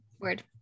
word